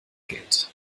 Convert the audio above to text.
geld